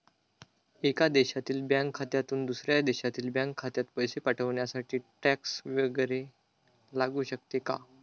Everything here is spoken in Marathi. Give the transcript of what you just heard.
एका देशातील बँक खात्यातून दुसऱ्या देशातील बँक खात्यात पैसे पाठवण्यासाठी टॅक्स वैगरे लागू शकतो का?